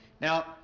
Now